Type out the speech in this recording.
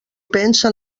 pensa